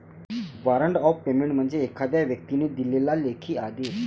warrant of payment म्हणजे एखाद्या व्यक्तीने दिलेला लेखी आदेश